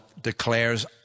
declares